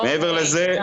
מעבר לזה,